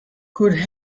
could